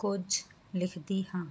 ਕੁਝ ਲਿਖਦੀ ਹਾਂ